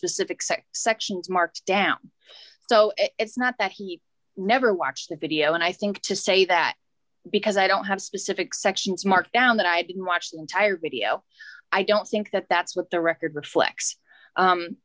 specific sex sections marked down so it's not that he never watched the video and i think to say that because i don't have specific sections marked down that i didn't watch the entire video i don't think that that's what the record reflects